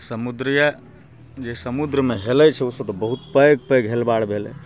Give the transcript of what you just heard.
समुद्रीय जे समुद्रमे हेलय छै ओ सब तऽ बहुत पैघ पैघ हेलबार भेलै